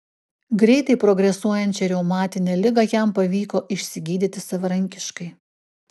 greitai progresuojančią reumatinę ligą jam pavyko išsigydyti savarankiškai